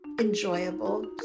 enjoyable